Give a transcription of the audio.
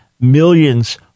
millions